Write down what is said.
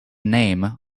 name